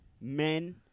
men